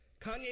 Kanye